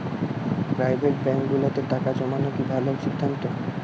Private ব্যাংকগুলোতে টাকা জমানো কি ভালো সিদ্ধান্ত?